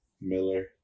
Miller